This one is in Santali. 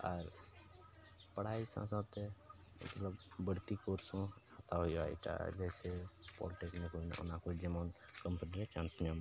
ᱟᱨ ᱯᱟᱲᱦᱟᱭ ᱥᱟᱶ ᱥᱟᱶᱛᱮ ᱢᱚᱛᱞᱚᱵ ᱵᱟᱹᱲᱛᱤ ᱠᱳᱨᱥ ᱦᱚᱸ ᱦᱟᱛᱟᱣ ᱦᱩᱭᱩᱜᱼᱟ ᱮᱴᱟᱜᱟᱜ ᱡᱮᱥᱮ ᱯᱚᱞᱤᱴᱮᱠᱱᱤᱠ ᱚᱱᱟ ᱠᱚ ᱡᱮᱢᱚᱱ ᱠᱳᱢᱯᱟᱱᱤ ᱨᱮ ᱪᱟᱱᱥ ᱧᱟᱢᱚᱜᱼᱟ